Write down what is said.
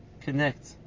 connect